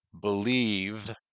believe